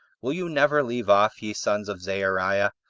will you never leave off, ye sons of zeruiah?